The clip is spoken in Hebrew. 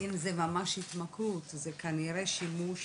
אם זה ממש התמכרות, זה כנראה שימוש